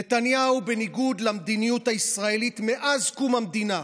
נתניהו, בניגוד למדיניות הישראלית מאז קום המדינה,